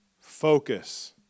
focus